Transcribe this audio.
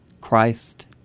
Christ